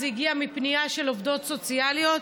זה הגיע מפנייה של עובדות סוציאליות